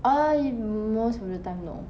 uh y~ most of the time no